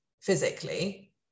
physically